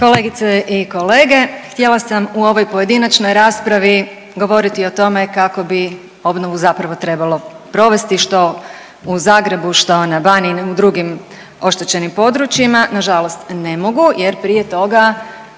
Kolegice i kolege, htjela sam u ovoj pojedinačnoj raspravi govoriti o tome kako bi obnovu zapravo trebalo provesti što u Zagrebu, što na Baniji i u drugim oštećenim područjima, na žalost ne mogu jer prije toga